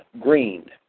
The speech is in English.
green